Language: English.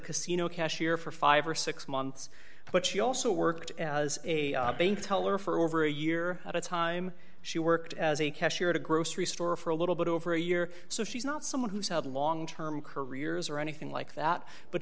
casino cashier for five or six months but she also worked as a bank teller for over a year at a time she worked as a cashier at a grocery store for a little bit over a year so she's not someone who's had long term careers or anything like that but